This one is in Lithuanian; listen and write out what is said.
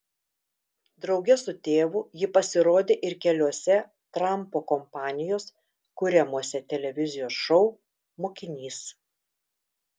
drauge su tėvu ji pasirodė ir keliuose trampo kompanijos kuriamuose televizijos šou mokinys